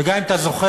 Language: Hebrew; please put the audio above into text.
וגם אם אתה זוכר,